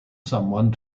someone